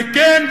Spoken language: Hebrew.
וכן,